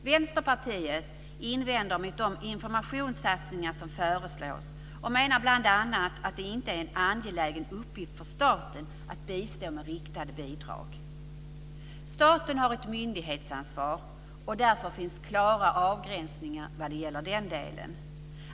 Vänsterpartiet invänder mot de informationssatsningar som föreslås och menar bl.a. att det inte är en angelägen uppgift för staten att bistå med riktade bidrag. Staten har ett myndighetsansvar och därför finns klara avgränsningar vad gäller den delen.